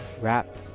wrap